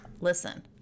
Listen